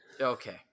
Okay